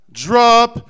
drop